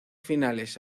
finales